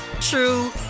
true